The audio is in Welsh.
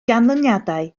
ganlyniadau